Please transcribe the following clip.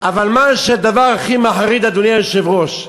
אבל הדבר הכי מחריד, אדוני היושב-ראש,